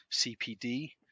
CPD